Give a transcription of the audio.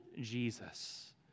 Jesus